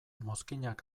mozkinak